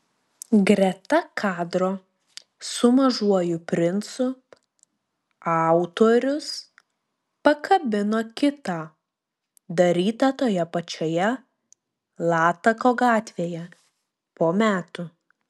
greta kadro su mažuoju princu autorius pakabino kitą darytą toje pačioje latako gatvėje po metų